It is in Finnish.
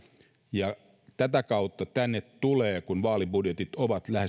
tätä kautta kun vaalibudjetit ovat